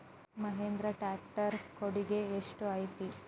Mahindra tractor ಕೊಡುಗೆ ಎಷ್ಟು ಐತಿ?